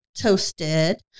toasted